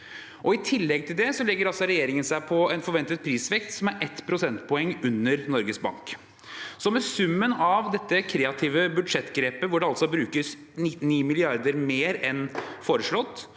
I tillegg til det legger regjeringen seg på en forventet prisvekst som er 1 prosentpoeng under Norges Bank. Med summen av dette kreative budsjettgrepet hvor det altså brukes 9 mrd. kr mer enn foreslått,